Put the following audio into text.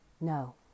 no